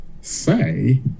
say